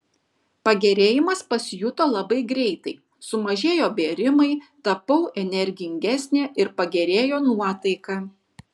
pagerėjimas pasijuto labai greitai sumažėjo bėrimai tapau energingesnė ir pagerėjo nuotaika